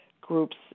groups